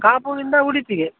ಕಾಪು ಇಂದ ಉಡುಪಿಗೆ